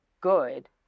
good